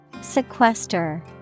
Sequester